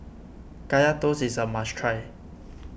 Kaya Toast is a must try